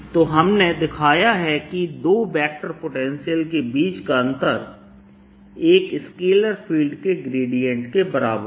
तो हमने दिखाया है कि दो वेक्टर पोटेंशियल के बीच का अंतर एक स्केलर फील्ड के ग्रेडिएंट के बराबर है